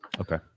Okay